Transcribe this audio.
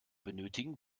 benötigen